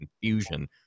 confusion